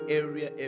area